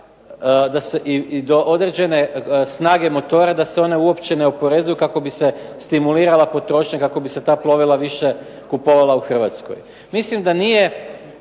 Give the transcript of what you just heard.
i do određene snage motora da se one uopće ne oporezuju kako bi se stimulirala potrošnja, kako bi se ta plovila više kupovala u Hrvatskoj. Mislim da nije